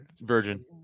virgin